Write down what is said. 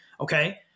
Okay